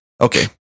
Okay